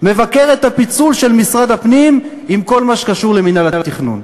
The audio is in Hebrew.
מבקר את הפיצול של משרד הפנים עם כל מה שקשור למינהל התכנון.